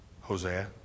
Hosea